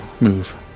move